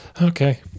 Okay